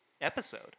episode